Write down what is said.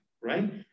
right